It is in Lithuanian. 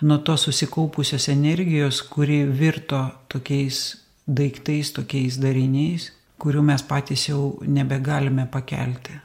nuo tos susikaupusios energijos kuri virto tokiais daiktais tokiais dariniais kurių mes patys jau nebegalime pakelti